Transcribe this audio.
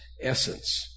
essence